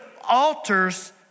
altars